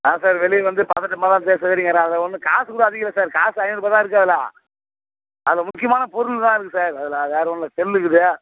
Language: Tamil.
ஆ சார் வெளியே வந்து பதட்டமாக தான் சார் தேடிங்கிறேன் அதில் ஒன்றும் காசு கூட அதிகம் இல்லை சார் காசு ஐநூறுபா தான் இருக்குது அதில் அதில் முக்கியமான பொருள்லாம் இருக்குது சார் அதில் வேறு ஒன்னுமில்ல செல்லு இருக்குது